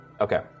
Okay